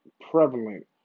prevalent